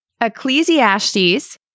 Ecclesiastes